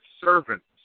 servants